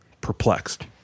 perplexed